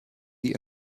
die